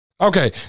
okay